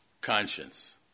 conscience